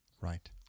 Right